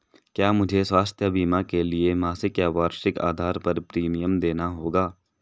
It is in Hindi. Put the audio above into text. क्या मुझे स्वास्थ्य बीमा के लिए मासिक या वार्षिक आधार पर प्रीमियम देना होगा?